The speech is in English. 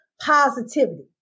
positivity